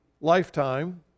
lifetime